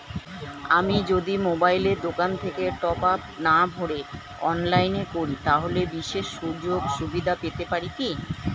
আমি যদি মোবাইলের দোকান থেকে টপআপ না ভরে অনলাইনে করি তাহলে বিশেষ সুযোগসুবিধা পেতে পারি কি?